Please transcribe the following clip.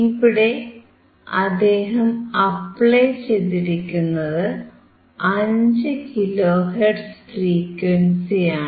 ഇവിടെ അദ്ദേഹം അപ്ലൈ ചെയ്തിരിക്കുന്നത് 5 കിലോ ഹെർട്സ് ഫ്രീക്വൻസിയാണ്